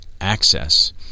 access